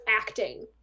acting